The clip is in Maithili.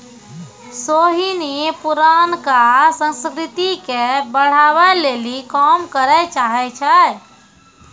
सोहिनी पुरानका संस्कृति के बढ़ाबै लेली काम करै चाहै छै